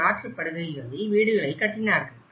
அவர்கள் ஆற்றுப்படுகைகளில் வீடுகளைக் கட்டினார்கள்